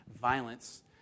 violence